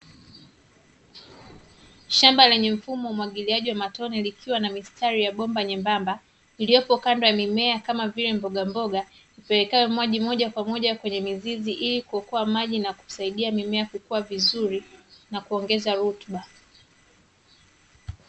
Shamba lenye mfumo wa umwagiliaji wa matone likiwa na mistari ya bomba nyembamba iliyopo kando ya mimea kama vile mbogamboga hupeleka maji mojakwamoja kwenye mizizi ilikuokoa maji na kusidia mmea kukua vizuri na kuongeza rutuba.